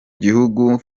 gihugu